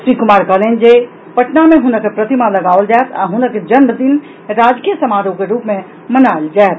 श्री कुमार कहलनि जे पटना मे हुनक प्रतिमा लगाओल जायत आ हुनक जन्म दिन राजकीय समारोह के रूप मे मनाओल जायत